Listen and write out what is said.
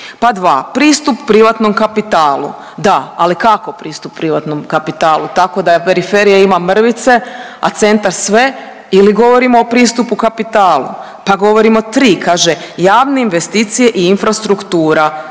Pa 2, pristup privatnom kapitalu, da, ali kako pristup privatnom kapitalu? Tako da periferija ima mrvice, a centar sve ili govorimo o pristupu kapitalu? Pa govorimo 3, kaže, javne investicije i infrastruktura.